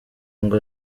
ngo